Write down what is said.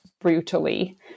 brutally